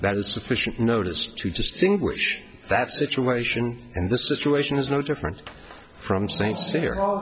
that is sufficient notice to distinguish that situation and this situation is no different from